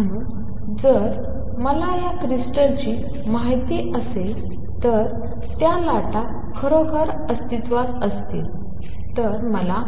म्हणून जर मला या क्रिस्टलची माहिती असेल तर त्या लाटा खरोखर अस्तित्वात असतील तर मला